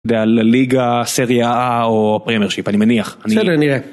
ועל הליגה, סריאה או פרימרשיפ, אני מניח. בסדר, נראה.